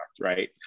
right